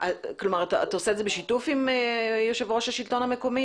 כלומר אתה עושה את זה בשיתוף יושב ראש השלטון המקומי?